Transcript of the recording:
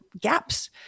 gaps